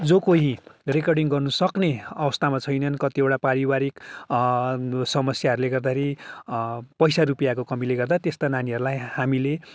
जो कोही रिकर्डिङ गर्नु सक्ने अवस्थामा छैनन् कतिवटा पारिवारिक समस्याहरूले गर्दाखेरि पैसा रुपियाँको कमिले गर्दा त्यस्ता नानीहरूलाई हामीले